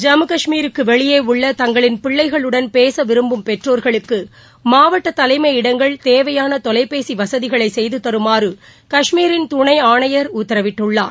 ஜம்மு கஷ்மீருக்கு வெளியே உள்ள தங்களின் பிள்ளைகளுடன் பேச விரும்பும் பெற்றோர்களுக்கு மாவட்ட தலைமையிடங்கள் தேவையான தொவைபேசி வசதிகளை செய்து தருமாறு கஷ்மீரின் தனை ஆணையர் உத்தரவிட்டுள்ளார்